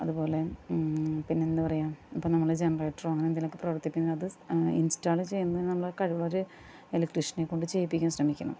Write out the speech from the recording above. അതുപോലെ പിന്നെന്താ പറയുക ഇപ്പം നമ്മള് ജനറേറ്ററോ അങ്ങനെന്തെലുമൊക്കെ പ്രവർത്തിക്കുമ്പോൾ അത് ഇൻസ്റ്റാൾ ചെയ്യുന്നതിന് നമ്മൾ കഴിവുള്ളൊരു ഇലെക്ട്രിഷ്യനെക്കൊണ്ട് ചെയ്യിപ്പിക്കാൻ